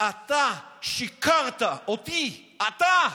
אתה שיקרת לי, אתה.